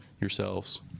yourselves